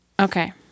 Okay